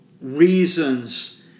reasons